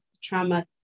trauma